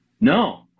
No